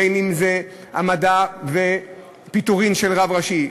בין שזה העמדה ופיטורין של רב ראשי,